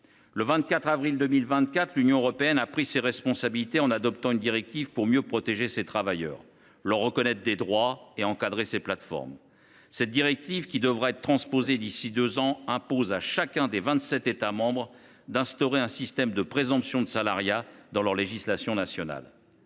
Le 23 octobre 2024, l’Union européenne a pris ses responsabilités, en promulguant une directive pour mieux protéger ces travailleurs, leur reconnaître des droits et encadrer ces plateformes. Cette directive, qui devra être transposée d’ici à deux ans, impose à chacun des vingt sept États membres d’instaurer un système de présomption de salariat dans sa législation nationale.